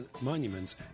monuments